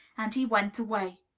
and he went away.